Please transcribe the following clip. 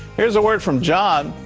here's a word from john.